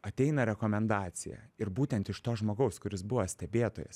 ateina rekomendacija ir būtent iš to žmogaus kuris buvo stebėtojas